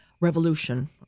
revolution